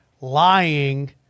lying